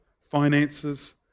finances